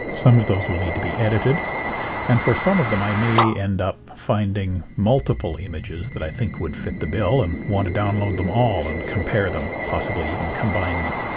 some of those will need to be edited and for some of them i may end up finding multiple images that i think would fit the bill and want to download them all and compare them, possibly even combine them.